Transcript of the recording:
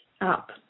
up